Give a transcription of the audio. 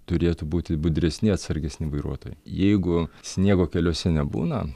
turėtų būti budresni atsargesni vairuotojai jeigu sniego keliuose nebūna